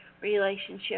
relationship